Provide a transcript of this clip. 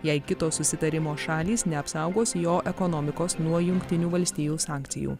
jei kitos susitarimo šalys neapsaugos jo ekonomikos nuo jungtinų valstijų sankcijų